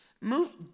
Move